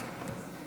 סעיף